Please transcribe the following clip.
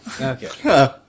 Okay